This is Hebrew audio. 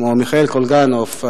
כמו מיכאל קולגנוב,